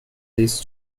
leads